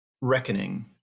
reckoning